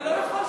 אתה לא יכול,